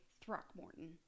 Throckmorton